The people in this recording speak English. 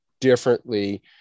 differently